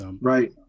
Right